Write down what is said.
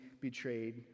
betrayed